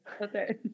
Okay